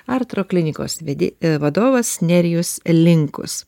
artro klinikos vedė vadovas nerijus linkus